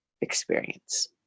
experience